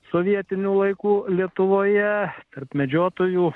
sovietiniu laiku lietuvoje tarp medžiotojų